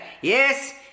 Yes